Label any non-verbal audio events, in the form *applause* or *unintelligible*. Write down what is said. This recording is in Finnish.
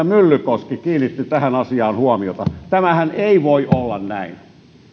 *unintelligible* myllykoski kiinnitti tähän asiaan huomiota tämähän ei voi olla näin